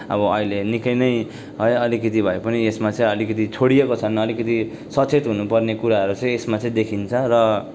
अब अहिले निकै नै है अलिकिति भए पनि यसमा चाहिँ अलिकिति छोडिएको छन् अलिकिति सचेत हुनु पर्ने कुराहरू चाहिँ यसमा चाहिँ देखिन्छ र